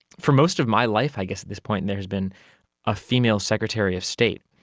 for most of my life i guess at this point there has been a female secretary of state.